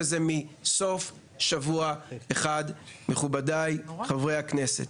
זה מסוף שבוע אחד, מכובדי חברי הכנסת.